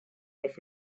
off